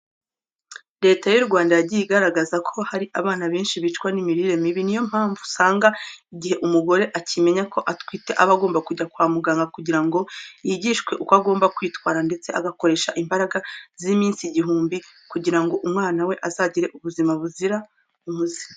Leta y'u Rwanda yagiye igaragaza ko hari abana benshi bicwa n'imirire mibi. Niyo mpamvu usanga igihe umugore akimenya ko atwite aba agomba kujya kwa muganga kugira ngo yigishwe uko agomba kwitwara ndetse agakoresha imbaraga z'iminsi igihumbi, kugira ngo umwana we azagire ubuzima buzira umuze.